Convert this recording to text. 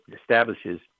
establishes